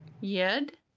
Yed